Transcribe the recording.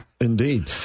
Indeed